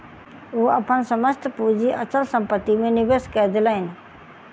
ओ अपन समस्त पूंजी अचल संपत्ति में निवेश कय देलैन